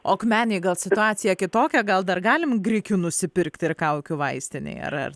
o akmenėj gal situacija kitokia gal dar galim grikių nusipirkti ir kaukių vaistinėje ar ar